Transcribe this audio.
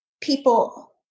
people